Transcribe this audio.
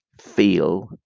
feel